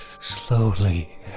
Slowly